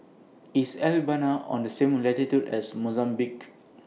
IS Albania on The same latitude as Mozambique